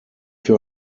für